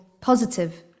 positive